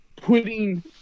putting